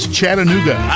Chattanooga